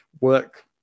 work